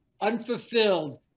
unfulfilled